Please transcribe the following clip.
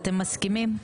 אתם מסכימים?